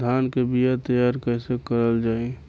धान के बीया तैयार कैसे करल जाई?